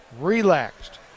relaxed